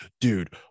Dude